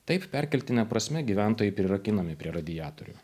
taip perkeltine prasme gyventojai prirakinami prie radiatorių